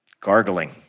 Gargling